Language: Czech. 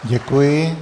Děkuji.